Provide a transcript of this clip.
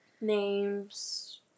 Names